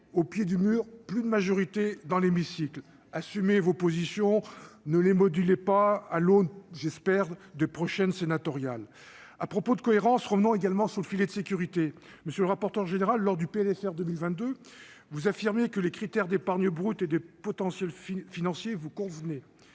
au pied du mur plus de majorité dans l'hémicycle, assumez vos positions ne les modules est pas à l'eau, j'espère de prochaines sénatoriales à propos de cohérence revenant également sur le filet de sécurité, monsieur le rapporteur général lors du PDSR 2022, vous affirmez que les critères d'épargne brute et de potentiel financier vous convenez